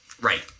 Right